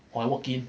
or I walk in